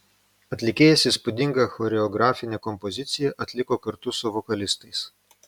atlikėjas įspūdingą choreografinę kompoziciją atliko kartu su vokalistais